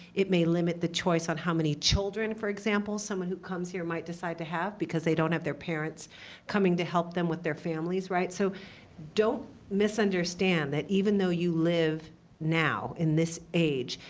it may limit the choice on how many children, for example, someone who comes here might decide to have because they don't have their parents coming to help them with their families, right? so don't misunderstand that even though you live now, in this age,